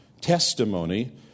testimony